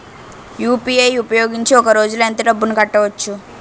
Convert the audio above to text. UPI ఉపయోగించి ఒక రోజులో ఎంత డబ్బులు కట్టవచ్చు?